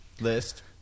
list